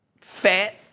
fat